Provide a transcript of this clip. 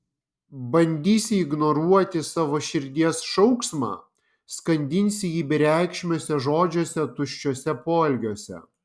bandysi ignoruoti savo širdies šauksmą skandinsi jį bereikšmiuose žodžiuose tuščiuose poelgiuose